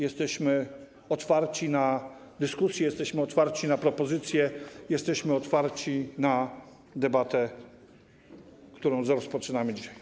Jesteśmy otwarci na dyskusję, jesteśmy otwarci na propozycje, jesteśmy otwarci na debatę, którą rozpoczynamy dzisiaj.